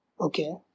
Okay